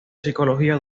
psicología